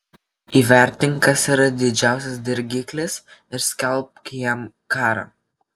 įvertink kas yra didžiausias dirgiklis ir skelbk jam karą